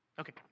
okay